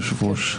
היושב-ראש?